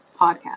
podcast